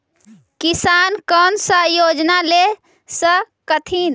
किसान कोन सा योजना ले स कथीन?